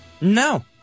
No